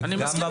וגם בפארקים.